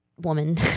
woman